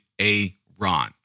a-ron